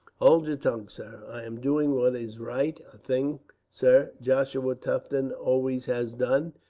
hold your tongue, sir. i am doing what is right a thing, sir, joshua tufton always has done,